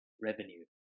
revenue